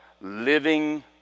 living